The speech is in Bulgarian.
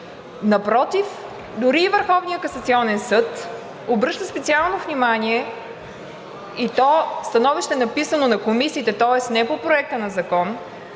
касационен съд обръща специално внимание, и то становище, написано на комисиите, тоест не по Проекта на закон,